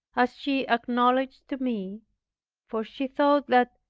as she acknowledged to me for she thought that,